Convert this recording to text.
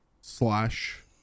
slash